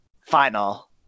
final